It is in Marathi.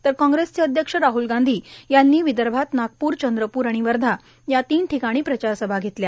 तर कांग्रेसचे अध्यक्ष राहल गांधी यांनी विदर्भात नागपूर चंद्रपूर आणि वर्धा या तीन ठिकाणी प्रचारसभा घेतल्या